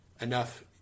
enough